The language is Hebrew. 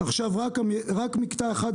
עכשיו מדובר רק על מקטע אחד,